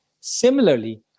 Similarly